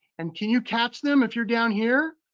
and can you catch them if you're down here?